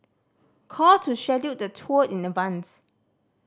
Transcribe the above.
call to schedule the tour in advance